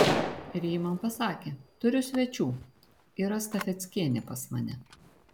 ir ji man pasakė turiu svečių yra stafeckienė pas mane